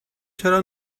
چرا